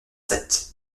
sept